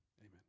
Amen